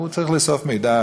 הוא צריך לאסוף מידע,